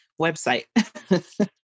website